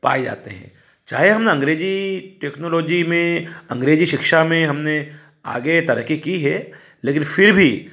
पाए जाते हैं चाहे हम अंग्रेजी टेक्नोलॉजी में अंग्रेजी शिक्षा में हमने आगे तरक्की की है लेकिन फिर भी